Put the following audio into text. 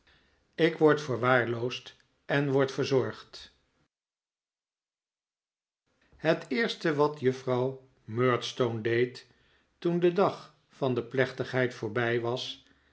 ik word verwaarloosd en word verzorgd het eerste wat juffrouw murdstone deed toen de dag van de plechtigheid voorbij was